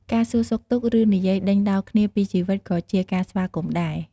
ការសួរសុខទុក្ខ ឬនិយាយដេញដោលគ្នាពីជីវិតក៏ជា ការស្វាគមន៍ដែរ។